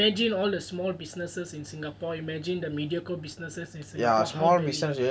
and imagine all the small businesses in singapore imagine the mediacorp businesses in singapore how they live